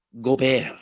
Gobert